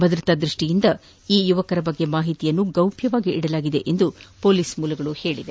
ಭದ್ರತಾ ದೃಷ್ಟಿಯಿಂದ ಈ ಯುವಕರ ಬಗ್ಗೆ ಮಾಹಿತಿಯನ್ನು ಗೌಪ್ಯವಾಗಿಡಲಾಗಿದೆ ಎಂದು ಪೊಲೀಸರು ತಿಳಿಸಿದ್ದಾರೆ